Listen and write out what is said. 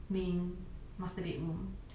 main master bedroom